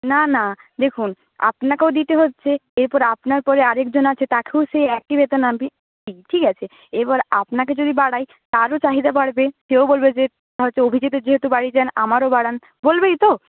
না না দেখুন আপনাকেও দিতে হচ্ছে এরপর আপনার পরে আরেকজন আছে তাকেও সেই একই বেতন আমি ঠিক আছে এবার আপনাকে যদি বাড়াই তারও চাহিদা বাড়বে সেও বলবে যে অভিজিতের যেহেতু বাড়িয়েছেন আমারও বাড়ান বলবেই তো